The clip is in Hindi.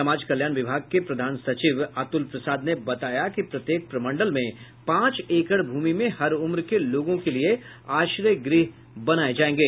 समाज कल्याण विभाग के प्रधान सचिव अतुल प्रसाद ने बताया कि प्रत्येक प्रमंडल में पांच एकड़ भूमि में हर उम्र के लोगों के लिये आश्रय गृह बनाये जायेंगे